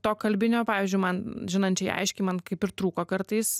to kalbinio pavyzdžiui man žinančiai aiškiai man kaip ir trūko kartais